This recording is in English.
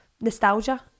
nostalgia